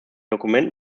dokument